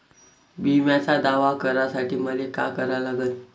बिम्याचा दावा करा साठी मले का करा लागन?